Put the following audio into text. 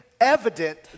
evident